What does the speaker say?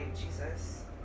Jesus